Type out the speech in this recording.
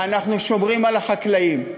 אנחנו שומרים על החקלאים.